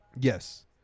Yes